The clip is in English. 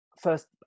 first